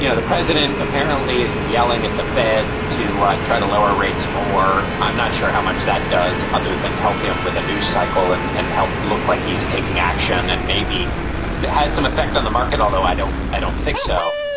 you know the president apparently has been yelling at the fed to try to lower rates more. i'm not sure how much that does other than help him with a news cycle and and help look like he's taking action. and maybe that has some effect on the market, although i don't i don't think so.